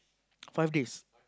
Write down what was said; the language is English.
five days